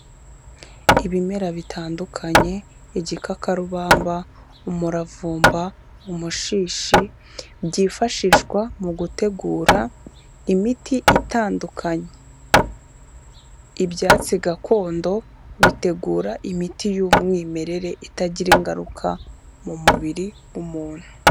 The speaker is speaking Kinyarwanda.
Ibimera bitandukanye: igikakarubamba, umuravumba, umushishi, byifashishwa mu gutegura imiti itandukanye, ibyatsi gakondo bitegura imiti y'umwimerere itagira ingaruka mu mubiri w'umuntu.